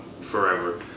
forever